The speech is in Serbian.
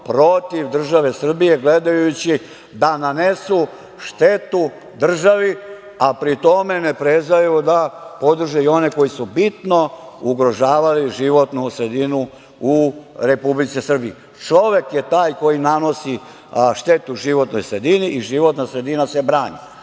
protiv države Srbije, gledajući da nanesu štetu državi, a pri tome ne prezaju da podrže i one koji su bitno ugrožavali životnu sredinu u Republici Srbiji. Čovek je taj koji nanosi štetu životnoj sredini i života sredina se brani.